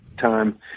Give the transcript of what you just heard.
time